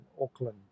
Auckland